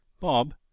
Bob